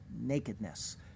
nakedness